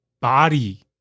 body